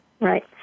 Right